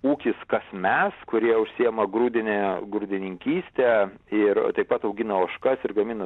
ūkis kas mes kurie užsiema grūdine grūdininkyste ir taip pat augina ožkas ir gamina